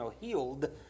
healed